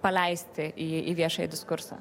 paleisti į viešąjį diskursą